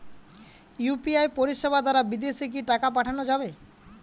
UPI পরিষেবা দারা বিদেশে কি টাকা পাঠানো যাবে?